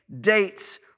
dates